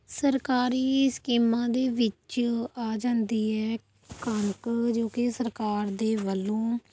ਸਰਕਾਰੀ ਸਕੀਮਾਂ ਦੇ ਵਿੱਚ ਆ ਜਾਂਦੀ ਹੈ ਕਣਕ ਜੋ ਕਿ ਸਰਕਾਰ ਦੇ ਵੱਲੋਂ